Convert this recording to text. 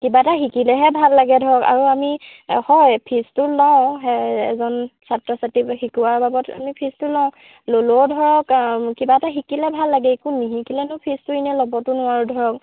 কিবা এটা শিকিলেহে ভাল লাগে ধৰক আৰু আমি হয় ফিজটো লওঁ এজন ছাত্ৰ ছাত্ৰীক শিকোৱাৰ বাবদ আমি ফিজটো লওঁ ল'লেও ধৰক কিবা এটা শিকিলে ভাল লাগে একো নিশিকিলেনো ফিজটো এনে ল'বতো নোৱাৰোঁ ধৰক